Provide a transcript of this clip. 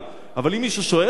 אבל אם מישהו שואל אותי,